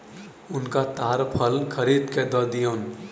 हुनका ताड़ फल खरीद के दअ दियौन